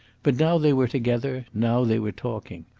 but now they were together now they were talking.